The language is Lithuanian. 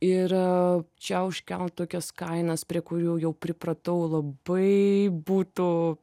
ir čia užkelt tokias kainas prie kurių jau pripratau labai būtų